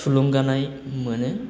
थुलुंगानाय मोनो